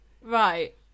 Right